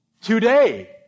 today